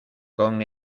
con